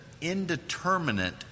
indeterminate